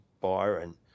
Byron